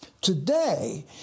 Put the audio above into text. Today